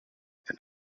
and